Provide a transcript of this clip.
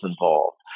involved